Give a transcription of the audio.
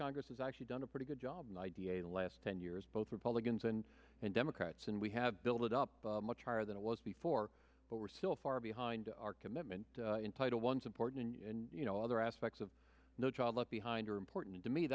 congress has actually done a pretty good job an idea in the last ten years both republicans and democrats and we have built it up much higher than it was before but we're still far behind our commitment in title one support and other aspects of no child left behind are important to me